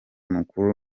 mukuru